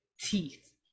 teeth